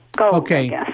Okay